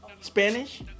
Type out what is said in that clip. Spanish